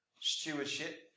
stewardship